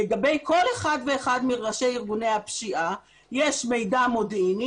לגבי כל אחד ואחד מראשי ארגוני הפשיעה יש מידע מודיעיני,